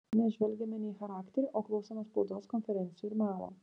nes žvelgiame ne į charakterį o klausomės spaudos konferencijų ir melo